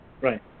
right